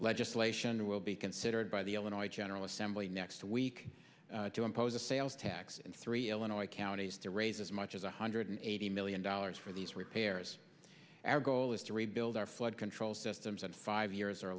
legislation will be considered by the illinois general assembly next week to impose a sales tax in three illinois counties to raise as much as one hundred eighty million dollars for these repairs our goal is to rebuild our flood control systems and five years or